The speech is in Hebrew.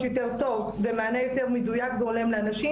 יותר טוב ומענה יותר מדויק והולם לאנשים,